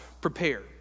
prepare